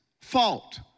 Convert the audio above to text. fault